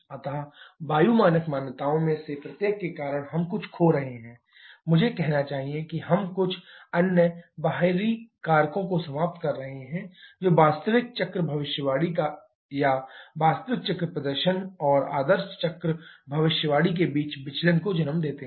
अतः वायु मानक मान्यताओं में से प्रत्येक के कारण हम कुछ खो रहे हैं मुझे कहना चाहिए कि हम कुछ अन्य बाहरी कारकों को समाप्त कर रहे हैं जो वास्तविक चक्र भविष्यवाणी या वास्तविक चक्र प्रदर्शन और आदर्श चक्र भविष्यवाणी के बीच विचलन को जन्म देते हैं